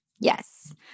Yes